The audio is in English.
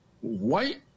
white